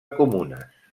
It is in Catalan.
comunes